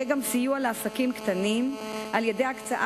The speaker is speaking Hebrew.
יהיה גם סיוע לעסקים קטנים על-ידי הקצאת